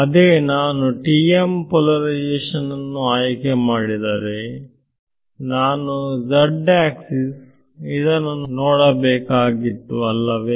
ಅದೇ ನಾನು TM polarisation ನನ್ನು ಆಯ್ಕೆ ಮಾಡಿದರೆ ನಾನು z ಆಕ್ಸಿಸ್ ಇದನ್ನು ನೋಡಬೇಕಾಗಿತ್ತು ಅಲ್ಲವೇ